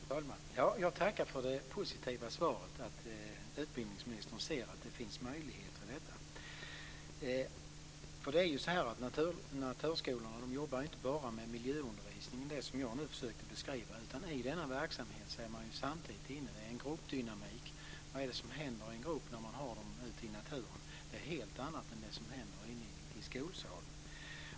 Fru talman! Jag tackar för det positiva svaret att utbildningsministern ser att det finns möjligheter i detta. Naturskolorna jobbar inte bara med miljöundervisning och det som jag nu försökte beskriva, utan i denna verksamhet är man samtidigt inne på gruppdynamik. Vad är det som händer i en grupp när man har dem ute i naturen? Det är helt annat än det som händer inne i skolsalen.